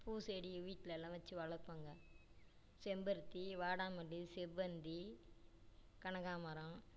பூச்செடி வீட்டுலலாம் வச்சு வளர்ப்போங்க செம்பருத்தி வாடாமல்லி செவ்வந்தி கனகாம்பரம்